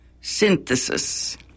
synthesis